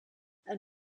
and